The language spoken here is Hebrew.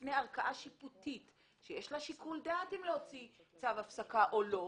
בפני ערכאה שיפוטית שיש לה שיקול דעת אם להוציא צו הפסקה או לא.